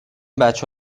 بچه